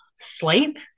sleep